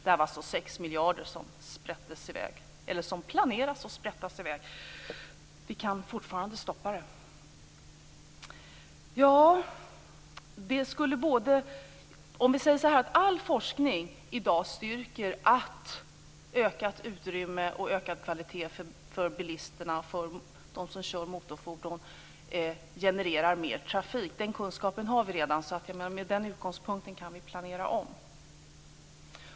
Det jag nämnde var alltså 6 miljarder som planeras att sprättas i väg. Vi kan fortfarande stoppa det. All forskning i dag styrker att ökat utrymme och ökad kvalitet för bilisterna och för dem som kör motorfordon genererar mer trafik. Den kunskapen har vi redan. Från den utgångspunkten kan vi planera om.